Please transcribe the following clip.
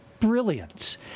brilliant